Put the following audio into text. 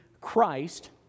Christ